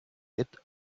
with